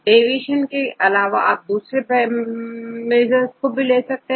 deviation के अलावा आप दूसरे मेसर भी ले सकते हैं